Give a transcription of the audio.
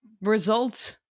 results